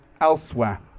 elsewhere